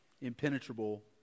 impenetrable